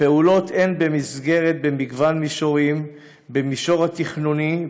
הפעולות הן במגוון מישורים: במישור התכנוני,